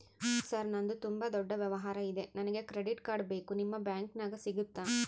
Sir ನಂದು ತುಂಬಾ ದೊಡ್ಡ ವ್ಯವಹಾರ ಇದೆ ನನಗೆ ಕ್ರೆಡಿಟ್ ಕಾರ್ಡ್ ಬೇಕು ನಿಮ್ಮ ಬ್ಯಾಂಕಿನ್ಯಾಗ ಸಿಗುತ್ತಾ?